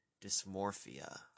dysmorphia